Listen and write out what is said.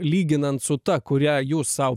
lyginant su ta kurią jūs sau